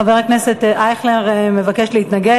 חבר הכנסת אייכלר מבקש להתנגד.